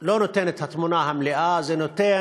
לא נותן את התמונה המלאה, זה נותן,